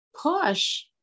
push